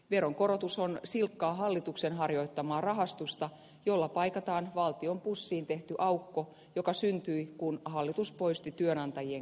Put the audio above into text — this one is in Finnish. veronkorotus on silkkaa hallituksen harjoittamaa rahastusta jolla paikataan valtion pussiin tehty aukko joka syntyi kun hallitus poisti työnantajien kelamaksun